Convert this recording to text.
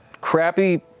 crappy